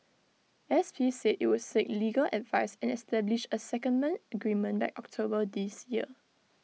S P said IT would seek legal advice and establish A secondment agreement by October this year